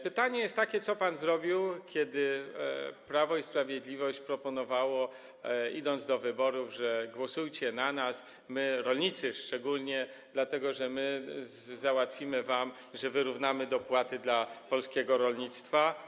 Pytanie jest takie: Co pan zrobił, kiedy Prawo i Sprawiedliwość proponowało, idąc do wyborów: głosujcie na nas, rolnicy szczególnie, dlatego że my załatwimy wam to, wyrównamy dopłaty dla polskiego rolnictwa?